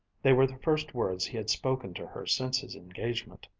they were the first words he had spoken to her since his engagement.